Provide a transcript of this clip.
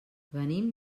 venim